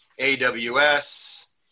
AWS